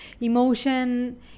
Emotion